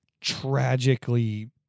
tragically